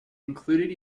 included